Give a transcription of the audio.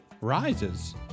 rises